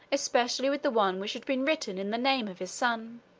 especially with the one which had been written in the name of his son.